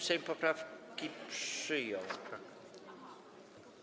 Sejm poprawki przyjął.